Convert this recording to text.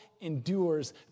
endures